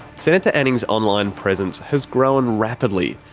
senator anning's online presence has grown rapidly.